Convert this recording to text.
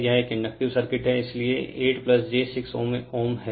यह एक inductive circuit है इसलिए 8j6Ω हैं